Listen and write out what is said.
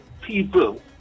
people